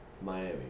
Miami